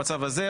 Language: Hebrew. במצב הזה,